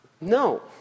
No